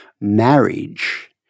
marriage